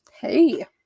Hey